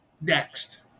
Next